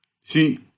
See